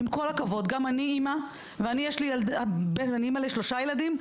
עם כל הכבוד, גם אני אימא לשלושה ילדים,